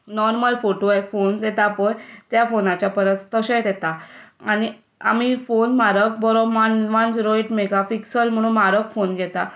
normal फोटोचे जे phones येतात पळय त्या फोनाचे परस तशेच येता आनी आमी फोन म्हारग बरोवन झिरो एठ मॅगा पिक्सल म्हणून म्हारग फोन घेता